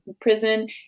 prison